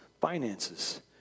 finances